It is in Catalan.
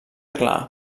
clar